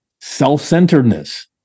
self-centeredness